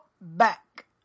back